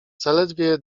zaledwie